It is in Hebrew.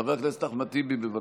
חבר הכנסת אחמד טיבי, בבקשה.